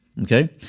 okay